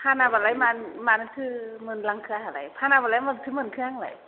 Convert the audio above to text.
फानाबालाय मानोथो मोनलांखो आंहालाय फानाबालाय माथो मोनखो आंलाय